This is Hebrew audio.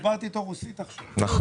דיברתי איתו רוסית עכשיו (אומר מספר מילים ברוסית).